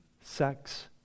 sex